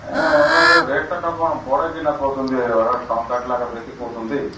ଅର୍ଣ୍ଣ ର ରେଟ୍'ଟା କ'ଣ ବଢ଼େଇକି ନା କହୁଛନ୍ତି ଟଙ୍କାଟି ଲେଖା ବେଶୀ କହୁଛନ୍ତି